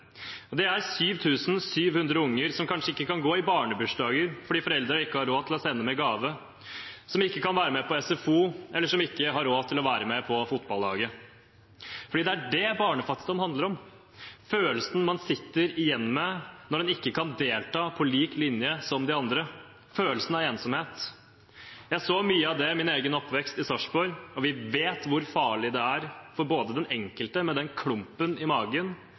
Dette er 7 700 unger som kanskje ikke kan gå i barnebursdager fordi foreldrene ikke har råd til å sende med gave, som ikke kan være på SFO, eller som ikke har råd til å være med på fotballaget. For det er det barnefattigdom handler om: følelsen man sitter igjen med når en ikke kan delta på lik linje med de andre, følelsen av ensomhet. Jeg så mye av det i min egen oppvekst i Sarpsborg, og vi vet hvor farlig det er for den enkelte med den klumpen i magen,